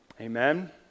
Amen